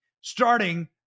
starting